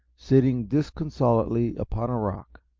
sitting disconsolately upon a rock.